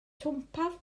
twmpath